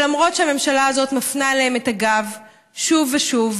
למרות שהממשלה הזאת מפנה להם את הגב שוב ושוב,